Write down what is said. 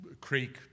creek